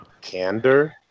candor